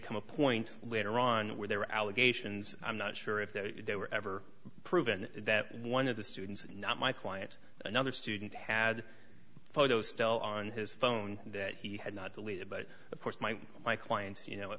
come a point later on where there were allegations i'm not sure if they were ever proven that one of the students not my client another student had photos still on his phone that he had not deleted but of course my my client's you know